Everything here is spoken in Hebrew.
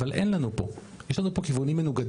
אבל אין לנו, יש לנו פה כיוונים מנוגדים.